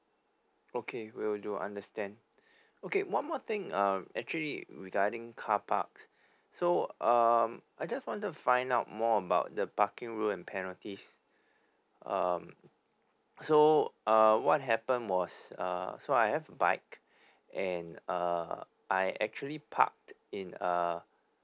okay we will do understand okay one more thing uh actually regarding carparks so um I just want to find out more about the parking rule and penalties um so uh what happened was uh so I have a bike and uh I actually parked in uh